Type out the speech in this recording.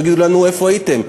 יגידו לנו: איפה הייתם?